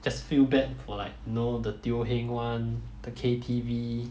just feel bad for like you know the Teo Heng [one] the K_T_V